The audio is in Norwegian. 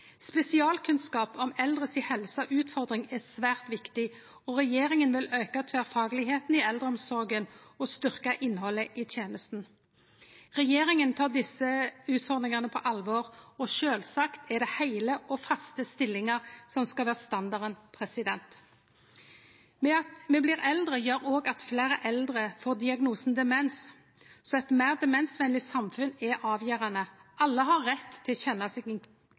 Spesialkunnskap om helseutfordringane til dei eldre er svært viktig, og regjeringa vil auke tverrfaglegheita i eldreomsorga og styrkje innhaldet i tenesta. Regjeringa tek desse utfordringane på alvor, og sjølvsagt er det heile og faste stillingar som skal vere standarden. Det at me blir eldre, gjer òg at fleire eldre får diagnosen demens, så eit meir demensvenleg samfunn er avgjerande. Alle har rett til å kjenne